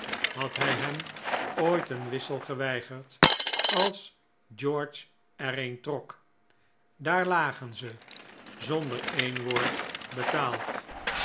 had hij hem ooit een wissel geweigerd als george er een trok daar lagen ze zonder een woord betaald